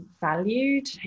valued